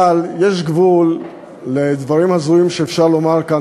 אבל יש גבול לדברים ההזויים שאפשר לומר כאן,